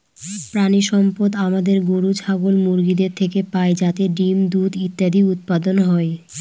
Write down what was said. প্রানীসম্পদ আমাদের গরু, ছাগল, মুরগিদের থেকে পাই যাতে ডিম, দুধ ইত্যাদি উৎপাদন হয়